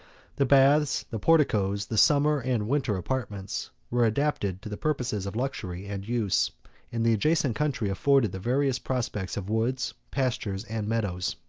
the baths, the porticos, the summer and winter apartments, were adapted to the purposes of luxury and use and the adjacent country afforded the various prospects of woods, pastures, and meodows.